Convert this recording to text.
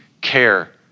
care